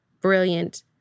brilliant